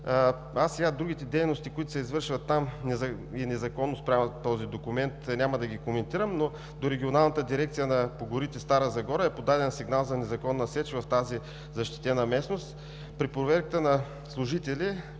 дървета. Другите дейности, които се извършват там незаконно спрямо този документ, няма да ги коментирам, но до Регионалната дирекция по горите – Стара Загора, е подаден сигнал за незаконна сеч в тази защитена местност. При проверката на служители